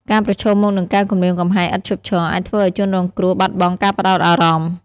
ការប្រឈមមុខនឹងការគំរាមកំហែងឥតឈប់ឈរ អាចធ្វើឲ្យជនរងគ្រោះ បាត់បង់ការផ្តោតអារម្មណ៍។